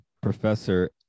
professor